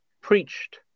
preached